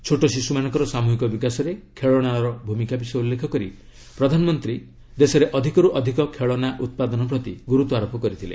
ଛୋଟ ଶିଶ୍ରମାନଙ୍କର ସାମୁହିକ ବିକାଶରେ ଖେଳନାର ଭୂମିକା ବିଷୟ ଉଲ୍ଲେଖ କରି ପ୍ରଧାନମନ୍ତ୍ରୀ ଦେଶରେ ଅଧିକରୁ ଅଧିକ ଖେଳନା ଉତ୍ପାଦନ ପ୍ରତି ଗୁରୁତ୍ୱାରୋପ କରିଥିଲେ